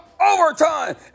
overtime